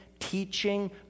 teaching